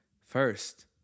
first